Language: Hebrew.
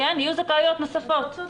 יהיו זכאויות נוספות.